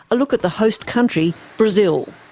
a look at the host country, brazil.